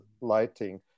lighting